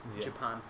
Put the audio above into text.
Japan